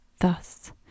Thus